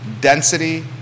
density